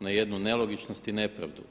na jednu nelogičnost i nepravdu.